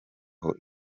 aho